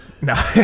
no